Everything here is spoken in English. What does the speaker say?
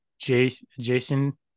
Jason